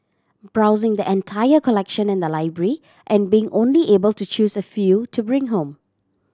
browsing the entire collection in the library and being only able to choose a few to bring home